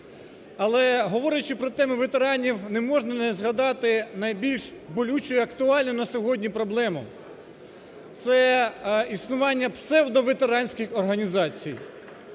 Але, говорячи про тему ветеранів, не можна не згадати найбільш болючу і актуальну на сьогодні проблему. Це існування псевдоветеранських організацій,